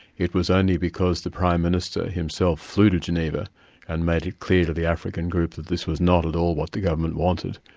it was only because the prime minister himself flew to geneva and made it clear to the african group that this was not at all what the government wanted,